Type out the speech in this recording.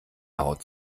haut